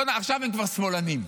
עכשיו הם כבר שמאלנים,